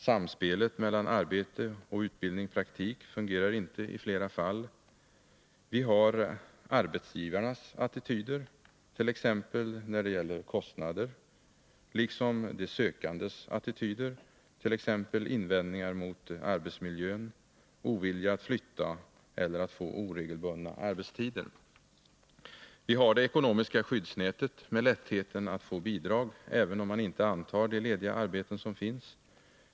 Samspelet mellan arbete och utbildning/ praktik fungerar inte i flera fall. Vi har arbetsgivarnas attityder när det gäller exempelvis kostnader, liksom de sökandes attityder, t.ex. invändningar mot arbetsmiljön, ovilja att flytta eller att få oregelbundna arbetstider. Vi har det ekonomiska skyddsnätet med lättheten att få bidrag även om man inte antar de lediga arbeten som finns.